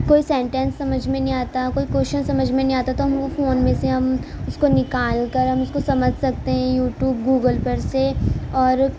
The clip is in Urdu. کوئی سینٹینس سمجھ میں نہیں آتا کوئی کوسچن سمجھ میں نہیں آتا تو ہم وہ فون میں سے ہم اس کو نکال کر ہم اس کو سمجھ سکتے ہیں یوٹیوب گوگل پر سے اور